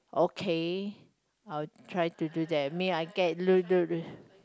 okay I'll try to do that I mean I get